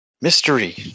Mystery